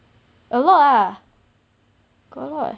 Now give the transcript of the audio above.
a lot ah got a lot